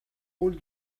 rôle